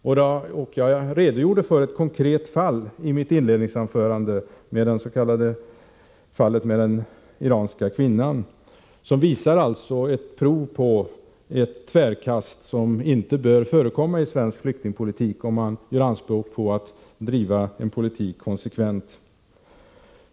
Jag redogjorde i mitt inledningsanförande för ett konkret fall, fallet med den iranska kvinnan, som visar prov på ett tvärkast som inte bör förekomma i svensk flyktingpolitik, om vårt land skall göra anspråk på att konsekvent driva en politik.